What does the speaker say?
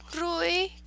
Rui